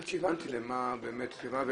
עד שהבנתי למה באמת היא התכוונה,